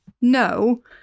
no